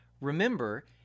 Remember